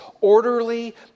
orderly